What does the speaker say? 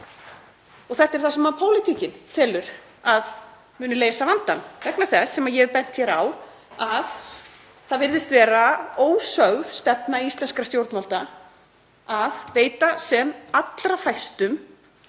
Þetta er það sem pólitíkin telur að muni leysa vandann vegna þess, sem ég hef bent hér á, að það virðist vera ósögð stefna íslenskra stjórnvalda að veita sem allra fæstum